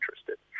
interested